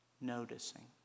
noticing